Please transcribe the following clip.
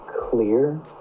clear